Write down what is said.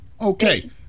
Okay